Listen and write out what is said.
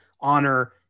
honor